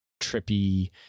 trippy